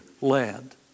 land